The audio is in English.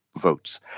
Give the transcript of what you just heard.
Votes